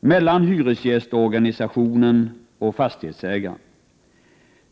mellan hyresgästorganisationen och fastighetsägaren.